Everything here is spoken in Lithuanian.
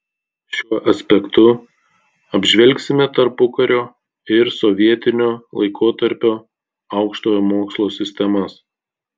šiuo aspektu apžvelgsime tarpukario ir sovietinio laikotarpio aukštojo mokslo sistemas